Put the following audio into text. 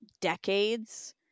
decades